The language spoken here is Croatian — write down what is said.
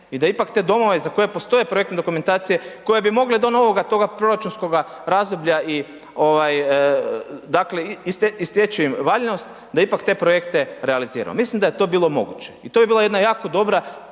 i da ipak te domove za koje postoje projektne dokumentacije, koje bi mogle do novoga toga proračunskoga razdoblja dakle isteći im valjanost, da ipak te projekte realiziramo. Mislim da je to bilo moguće i to bi bila jedna dobra